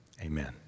amen